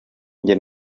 njye